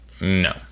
No